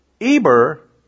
Eber